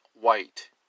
white